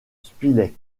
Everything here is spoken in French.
spilett